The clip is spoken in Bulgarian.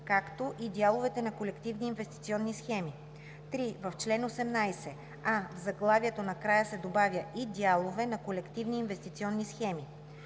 „както и дялове на колективни инвестиционни схеми“. 3. В чл. 18: а) в заглавието накрая се добавя „и дялове на колективни инвестиционни схеми“;